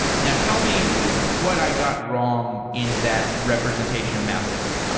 now tell me what i got wrong in that representation of mapillary?